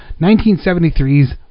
1973's